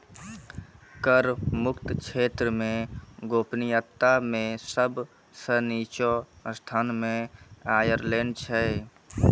कर मुक्त क्षेत्र मे गोपनीयता मे सब सं निच्चो स्थान मे आयरलैंड छै